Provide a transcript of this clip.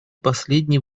последний